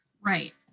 Right